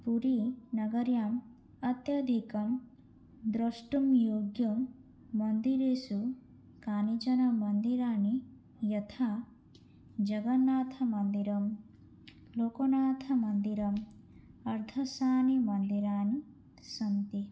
पुरीनगर्याम् अत्यधिकं द्रष्टुं योग्यं मन्दिरेषु कानिचन मन्दिराणि यथा जगन्नाथमन्दिरं लोकनाथमन्दिरम् अर्धस्वामिमन्दिराणि सन्ति